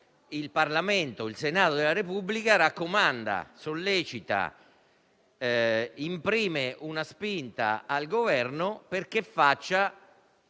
nel fatto che il Senato della Repubblica raccomanda, sollecita e imprime una spinta al Governo perché faccia